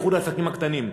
במיוחד העסקים הקטנים,